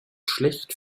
schlecht